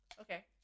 Okay